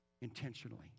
intentionally